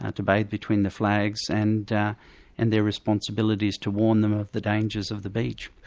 ah to bathe between the flags, and and their responsibilities to warn them of the dangers of the beach.